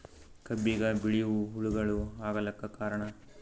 ಕಬ್ಬಿಗ ಬಿಳಿವು ಹುಳಾಗಳು ಆಗಲಕ್ಕ ಕಾರಣ?